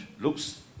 looks